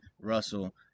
Russell